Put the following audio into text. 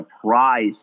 surprise